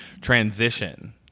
transition